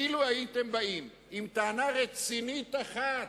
אילו באתם עם טענה רצינית אחת,